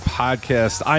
podcast